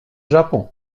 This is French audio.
japon